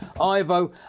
Ivo